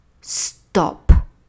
stop